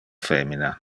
femina